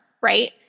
right